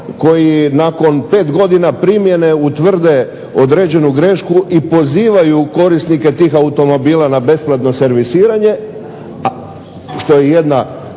koji nakon pet godina primjene utvrde određenu grešku i pozivaju korisnike tih automobila na besplatno servisiranje, što je jedan